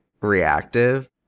reactive